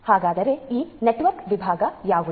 ಹಾಗಾದರೆ ಈ ನೆಟ್ವರ್ಕ್ ವಿಭಾಗ ಯಾವುದು